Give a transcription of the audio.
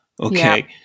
Okay